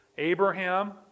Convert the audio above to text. Abraham